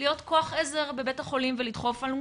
להיות כוח עזר בבית החולים ולדחוף אלונקות,